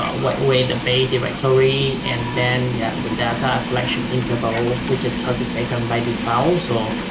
ah wait wait up a directory and then yeah the data collection interval which is thirty seconds by the files or